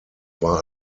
war